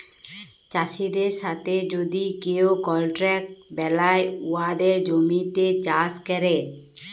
চাষীদের সাথে যদি কেউ কলট্রাক্ট বেলায় উয়াদের জমিতে চাষ ক্যরে